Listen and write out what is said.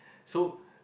so